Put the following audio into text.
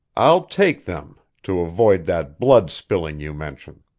i'll take them to avoid that blood-spilling you mention.